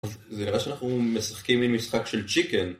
זה נראה שאנחנו משחקים עם משחק של צ'יקן